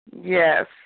Yes